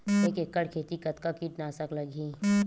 एक एकड़ खेती कतका किट नाशक लगही?